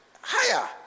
higher